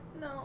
no